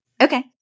Okay